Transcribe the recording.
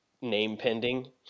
name-pending